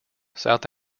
south